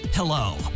Hello